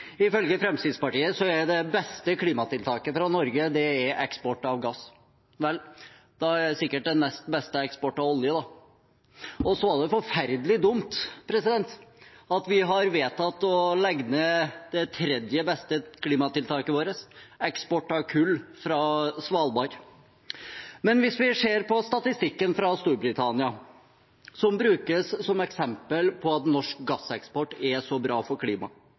Ifølge Fremskrittspartiet er det beste klimatiltaket fra Norge eksport av gass. Vel, da er sikkert det nest beste eksport av olje. Og det var forferdelig dumt at vi har vedtatt å legge ned det tredje beste klimatiltaket vårt – eksport av kull fra Svalbard. Men hvis vi ser på statistikken fra Storbritannia, som brukes som eksempel på at norsk gasseksport er så bra for klimaet: